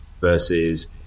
versus